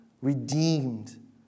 redeemed